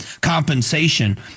compensation